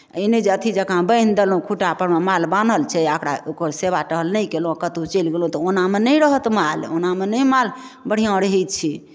ई नहि जे अथी जँका बान्हि देलहुँ खुट्टापर मे माल बान्हल छै आ एकरा ओकर सेवा टहल नहि कयलहुँ कतहु चलि गेलहुँ तऽ ओनामे नहि रहत माल ओनामे नहि माल बढ़िआँ रहै छै